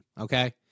okay